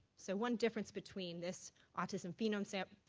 so one difference between this autism phenome app